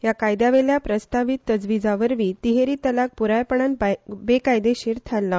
ह्या कायद्यातल्या प्रस्तावीत तजवीजांवरवी तिहेरी तलाक पुरायपणान बेकायदेशीर थारतलो